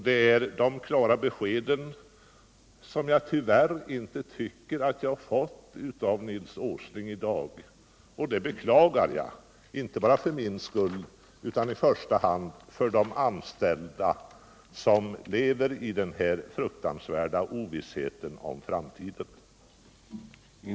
Det är dessa klara besked som jag tyvärr inte tycker att jag har fått av Nils Åsling i dag. Och det beklagar jag, inte bara för min skull utan i första hand med tanke på de anställda som lever i denna fruktansvärda ovisshet om framtiden.